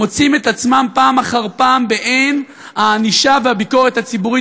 מוצאים את עצמם פעם אחר פעם בעין הענישה והביקורת הציבורית.